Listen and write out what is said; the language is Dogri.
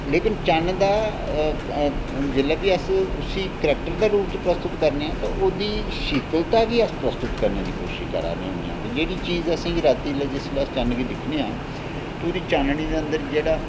लेकन चन्न जेल्लै बी उसी करैक्टर दे रूप च प्रस्तुत करनेआं ते ओह्दी शीतलता गी अस प्रस्तुत करने दी कोशिश करा ने होन्ने आं जेह्ड़ी चीज असें राती लै चन्न गी दिक्खनेआं उसदी चाननी दे अंदर जेह्ड़ा